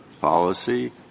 policy —